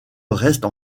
reste